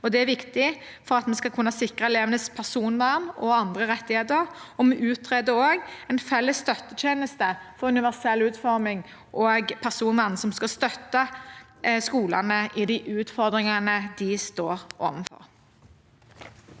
Det er viktig for at vi skal kunne sikre elevenes personvern og andre rettigheter. Vi utreder også en felles støttetjeneste for universell utforming og personvern, som skal støtte skolene i de utfordringene de står overfor.